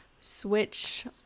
switch